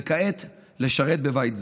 וכעת לשרת בבית זה.